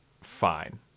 Fine